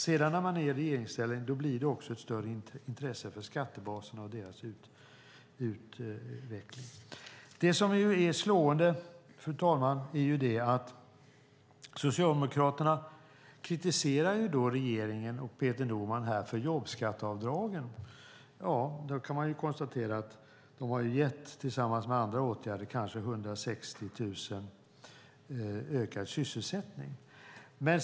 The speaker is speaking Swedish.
När man sedan är i regeringsställning blir det också ett större intresse för skattebaserna och deras utveckling. Det som är slående, fru talman, är att Socialdemokraterna kritiserar regeringen och Peter Norman för jobbskatteavdragen. Då kan man konstatera att de tillsammans med andra åtgärder har gett kanske 160 000 ökad sysselsättning.